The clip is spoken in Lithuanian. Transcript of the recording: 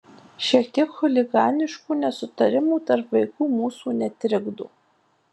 šiek tiek chuliganiškų nesutarimų tarp vaikų mūsų netrikdo